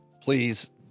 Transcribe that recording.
please